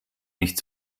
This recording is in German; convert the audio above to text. nicht